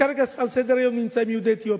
כרגע על סדר-היום נמצאים יהודי אתיופיה.